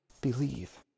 believe